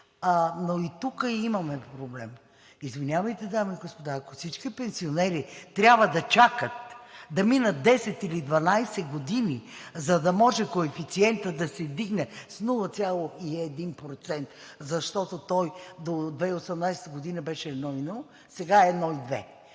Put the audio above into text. но и тук имаме проблем. Извинявайте, дами и господа, ако всички пенсионери трябва да чакат да минат 10 или 12 години, за да може коефициентът да се вдигне с 0,1%, защото той до 2018 г. беше 1,1, сега е 1,2,